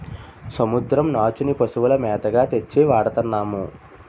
సముద్రం నాచుని పశువుల మేతగా తెచ్చి వాడతన్నాము